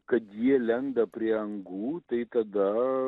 kad jie lenda prie angų tai tada